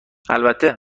البته